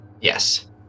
Yes